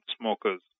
smokers